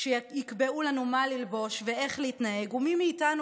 שיקבעו לנו מה ללבוש ואיך להתנהג ומי מאיתנו